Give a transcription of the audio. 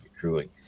crewing